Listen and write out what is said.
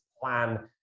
plan